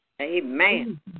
Amen